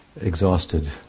exhausted